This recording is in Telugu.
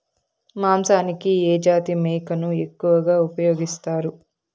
మాంసానికి ఏ జాతి మేకను ఎక్కువగా ఉపయోగిస్తారు?